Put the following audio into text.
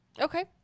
Okay